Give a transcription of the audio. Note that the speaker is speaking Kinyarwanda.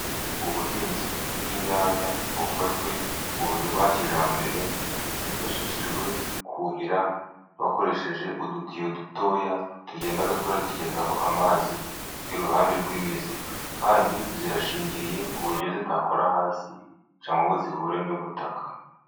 Ubuhinzi bw'inyanya bukozwe mu buryo bwa kijyambere, hifashishijwe kuhira bakoresheje udutiyo dutoya tugenda tura zigezaho amazi iruhande rw'imizi kandi zirashingiriye ku buryo zitakora hasi cyangwa ngo zihure n'ubutaka.